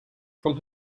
from